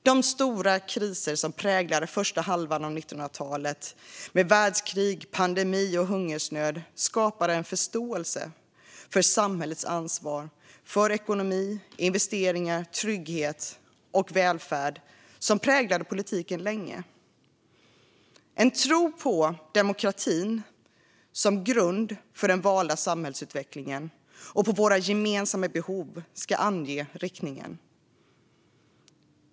De stora kriser som präglade första halvan av 1900-talet med världskrig, pandemi och hungersnöd skapade en förståelse för samhällets ansvar för ekonomi, investeringar, trygghet och välfärd som länge präglade politiken. Det handlar om en tro på demokratin som grund för den valda samhällsutvecklingen och på att våra gemensamma behov ska ange riktningen.